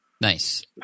Nice